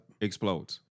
explodes